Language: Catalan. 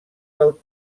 del